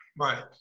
Right